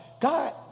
God